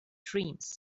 dreams